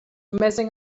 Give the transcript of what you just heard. messing